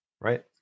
Right